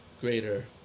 greater